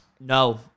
No